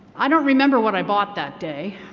i don't remember what i bought that day,